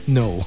no